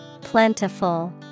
plentiful